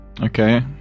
Okay